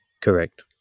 Correct